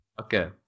Okay